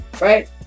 right